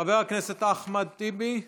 חבר הכנסת אחמד טיבי,